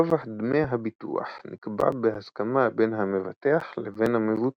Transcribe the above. גובה דמי הביטוח נקבע בהסכמה בין המבטח לבין המבוטח.